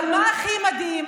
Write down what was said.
אבל מה הכי מדהים,